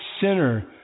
sinner